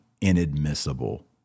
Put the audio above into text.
inadmissible